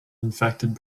infected